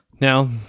Now